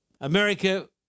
America